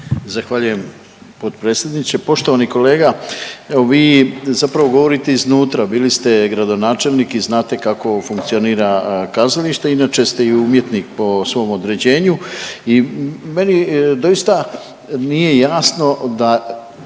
Zahvaljujem potpredsjedniče. Poštovani kolega, evo vi zapravo govorite iznutra, bili ste gradonačelnik i znate kako funkcionira kazalište, inače ste i umjetnik po svom određenju i meni doista nije jasno da